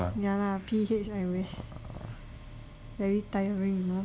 yeah lah P_H I rest very tiring you know